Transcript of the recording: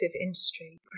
industry